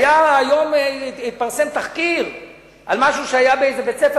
היום התפרסם תחקיר על משהו שהיה באיזה בית-ספר,